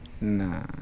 Nah